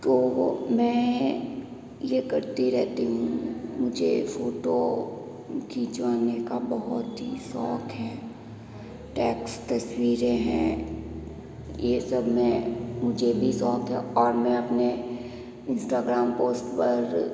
तो वो मैं यह करती रहती हूँ मुझे फ़ोटो खिंचवाने का बोहोत ही शौक है टेक्स्ट तस्वीरें हैं यह सब में मुझे भी शौक है और मैं अपने इंस्टाग्राम पोस्ट पर